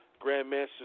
Grandmaster